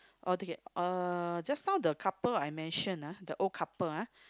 altogether uh just now the couple I mentioned ah the old couple ah